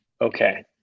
Okay